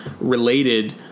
related